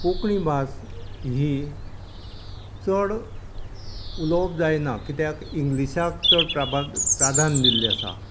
कोंकणी भास ही चड उलोवप जायना कित्याक इंग्लिशाक चड प्राभाक प्राधान्य दिल्लें आसा